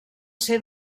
ser